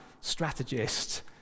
strategist